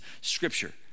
scripture